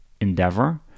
endeavor